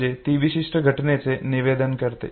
म्हणजे ती विशिष्ट घटनेचे निवेदन करते